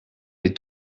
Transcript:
les